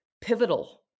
pivotal